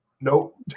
nope